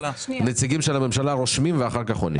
הנציגים של הממשלה רושמים ואחר כך עונים.